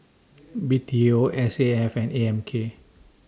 B T O S A F and A M K